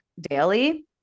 daily